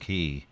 Key